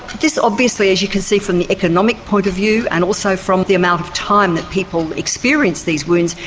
this obviously, as you can see from the economic point of view and also from the amount of time that people experience these wounds,